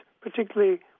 particularly